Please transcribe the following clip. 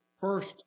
first